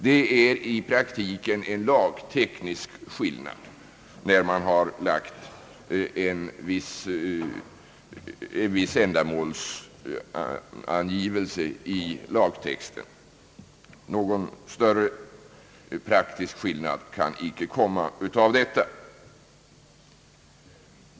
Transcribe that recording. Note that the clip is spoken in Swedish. Det är i praktiken en lagteknisk skillnad genom att man i lagtexten lagt in en viss ändamålsangivelse. Någon större praktisk skillnad kan inte komma av detta.